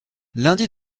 lundi